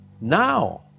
Now